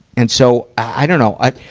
and so, i dunno. i,